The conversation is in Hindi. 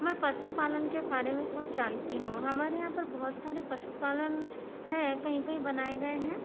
मैं पशुपालन के बारे में कुछ जानती हूँ हमारे यहां पर बहुत सारे पशुपालन हैं कहीं कहीं बनाए गए हैं